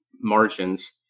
margins